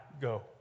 go